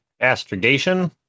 astrogation